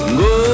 go